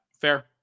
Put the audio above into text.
fair